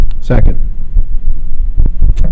Second